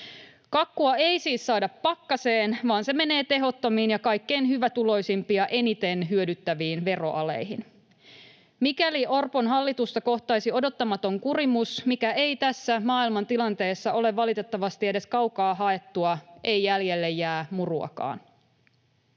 Kakkua ei siis saada pakkaseen, vaan se menee tehottomiin ja kaikkein hyvätuloisimpia eniten hyödyttäviin veroaleihin. Mikäli Orpon hallitusta kohtaisi odottamaton kurimus, mikä ei tässä maailmantilanteessa ole valitettavasti edes kaukaa haettua, ei jäljelle jää muruakaan.